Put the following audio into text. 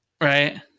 right